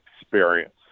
experience